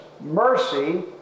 mercy